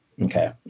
Okay